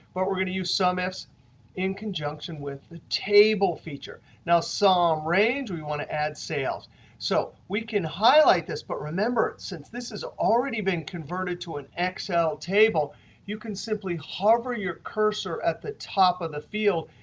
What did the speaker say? but we're going to use sumifs in conjunction with the table feature. now, sum range we want to add sales. so we can highlight this. but remember, since this has already been converted to an excel table you can simply hover your cursor at the top of the field.